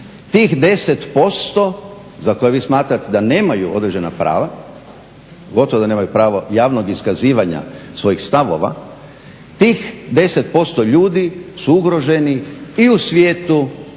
tih 10% za koje vi smatrate da nemaju određena prava, gotovo da nemaju pravo javnog iskazivanja svojih stavova, tih 10% ljudi su ugroženi i u svijetu